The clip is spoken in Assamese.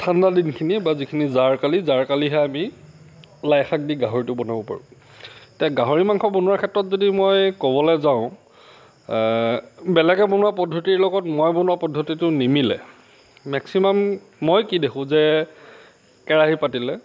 ঠাণ্ডা দিনখিনি বা যিখিনি জাৰকালি জাৰকালিহে আমি লাই শাক দি গাহৰিটো বনাব পাৰোঁ এতিয়া গাহৰি মাংস বনোৱাৰ ক্ষেত্ৰত যদি মই ক'বলৈ যাওঁ বেলেগে বনোৱা পদ্ধতিৰ লগত মই বনোৱা পদ্ধতিটো নিমিলে মেক্সিমাম মই কি দেখোঁ যে কেৰাহী পাতিলে